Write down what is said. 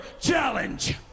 Challenge